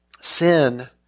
Sin